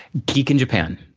geek in japan.